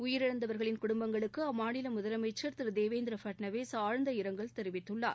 உயிரிழந்தவர்களின் குடும்பங்களுக்கு அம்மாநில முதலமைச்சர் திரு தேவேந்திர பட்நவிஸ் ஆழ்ந்த இரங்கல் தெரிவித்துள்ளார்